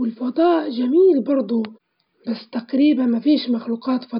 ال الفخم جميل، لكن الطبيعة ليها سحر خاص.